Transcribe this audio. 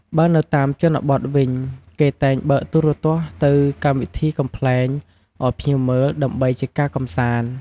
បើនៅតាមជនបទវិញ គេតែងបើកទូរទស្សន៍ទៅកម្មវិធីកំប្លែងឱ្យភ្ញៀវមើល ដើម្បីជាការកំសាន្ត។